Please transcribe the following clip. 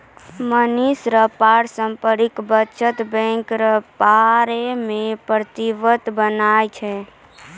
मनीषा क पारस्परिक बचत बैंको र बारे मे प्रतिवेदन बनाना छै